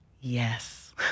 yes